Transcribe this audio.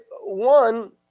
one